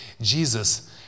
Jesus